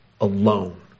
alone